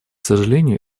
сожалению